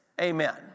Amen